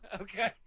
Okay